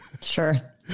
Sure